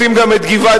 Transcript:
רוצים גם את גבעת-זאב,